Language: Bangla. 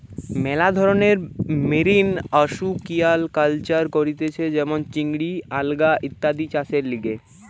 মেলা ধরণের মেরিন আসিকুয়াকালচার করতিছে যেমন চিংড়ি, আলগা ইত্যাদি চাষের লিগে